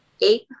Eight